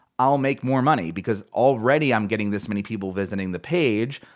i'll make more money. because already i'm getting this many people visiting the page,